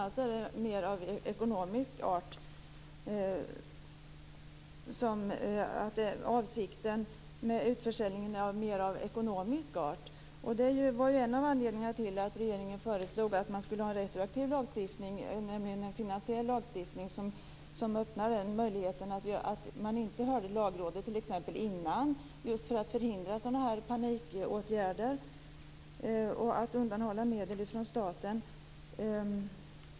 Alltså är avsikten med utförsäljningen mer av ekonomisk art, och det var ju en av anledningarna till att regeringen föreslog att man skulle ha en retroaktiv lagstiftning, nämligen en finansiell lagstiftning som öppnar möjligheten att inte höra Lagrådet t.ex. i förväg just för att förhindra sådana här panikåtgärder och att undanhålla medel från staten.